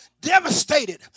devastated